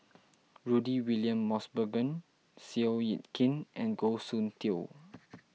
Rudy William Mosbergen Seow Yit Kin and Goh Soon Tioe